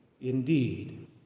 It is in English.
indeed